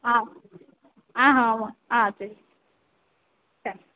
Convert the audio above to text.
ஆ ஆ ஆமாம் ஆ சரி சரி